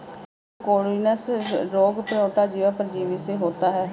trichodinosis रोग protozoa परजीवी से होता है